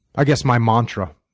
i guess my mantra